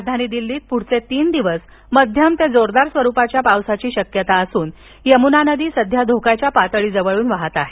राजधानी दिल्लीत पुढील तीन दिवस माध्यम ते जोरदार स्वरूपाचा पाऊस पडण्याची शक्यता असून यमुना नदी सध्या धोक्याच्या पातळीच्या जवळ वाहत आहे